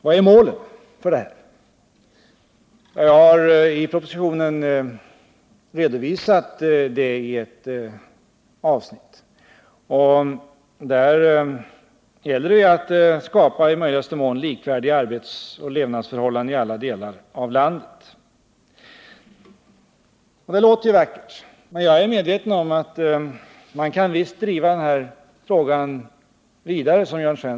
Vad är målet med denna politik? Jag har i propositionen redovisat det i ett avsnitt. Det gäller att i möjligaste mån skapa likvärdiga arbetsoch levnadsförhållanden i alla delar av landet. Och det låter ju vackert. Jag är medveten om att man visst kan driva den här frågan vidare som Jörn Svensson gör.